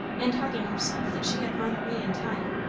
and hugging herself that she had run away in time.